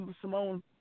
Simone